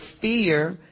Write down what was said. fear